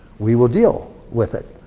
we will deal with it,